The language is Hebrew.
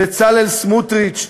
בצלאל סמוטריץ,